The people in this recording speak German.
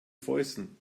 fäusten